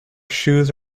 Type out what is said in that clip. shoes